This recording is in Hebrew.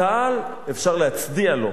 צה"ל, אפשר להצדיע לו.